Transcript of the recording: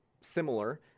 similar